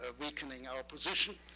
ah weakening our position.